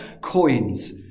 coins